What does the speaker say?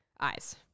eyes